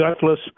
gutless